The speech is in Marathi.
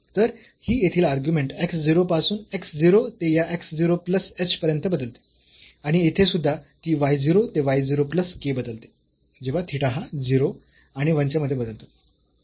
तर ही येथील अर्ग्युमेंट x 0 पासून x 0 ते या x 0 प्लस h पर्यंत बदलते आणि येथे सुद्धा ती y 0 ते y 0 प्लस k बदलते जेव्हा थिटा हा 0 आणि 1 च्या मध्ये बदलतो